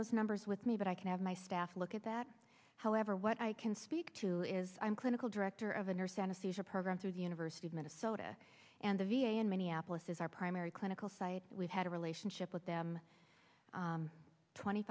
those numbers with me but i can have my staff look at that however what i can speak to is i'm clinical director of the nurse anastasia program through the university of minnesota and the v a in minneapolis is our primary clinical site we've had a relationship with the i'm twenty